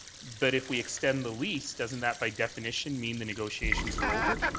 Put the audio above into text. but if we extend the lease, doesn't that by definition mean the negotiations are over?